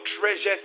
treasures